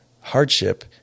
hardship